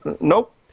Nope